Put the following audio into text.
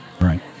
Right